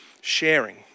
sharing